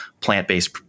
plant-based